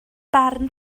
barn